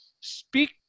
speak